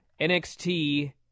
NXT